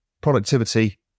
productivity